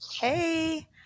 Hey